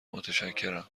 متشکرم